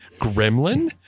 gremlin